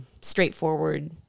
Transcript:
straightforward